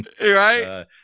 Right